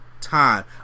time